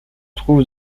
trouve